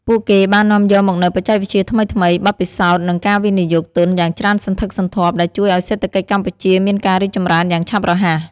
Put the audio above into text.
ពួកគេបាននាំយកមកនូវបច្ចេកវិទ្យាថ្មីៗ បទពិសោធន៍និងការវិនិយោគទុនយ៉ាងច្រើនសន្ធឹកសន្ធាប់ដែលជួយឱ្យសេដ្ឋកិច្ចកម្ពុជាមានការរីកចម្រើនយ៉ាងឆាប់រហ័ស។